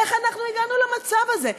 איך אנחנו הגענו למצב הזה?